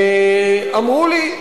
אמרו לי,